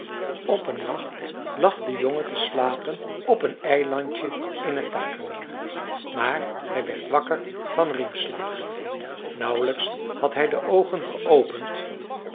op een nacht lag de jongen te slapen op een eilandje in t takermeer maar hij werd wakker van riemslagen nauwelijks had hij de oogen geopend